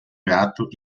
gato